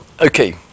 Okay